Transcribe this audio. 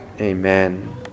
Amen